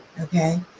okay